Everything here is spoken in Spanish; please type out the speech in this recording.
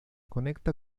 conecta